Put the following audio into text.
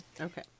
Okay